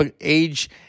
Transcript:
age